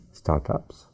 startups